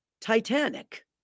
Titanic